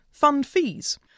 fundfees